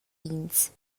ins